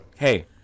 Hey